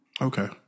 Okay